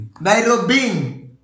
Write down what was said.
Nairobi